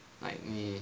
like 你的